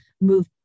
move